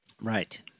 Right